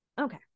okay